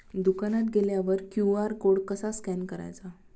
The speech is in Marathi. दुकानात गेल्यावर क्यू.आर कोड कसा स्कॅन करायचा?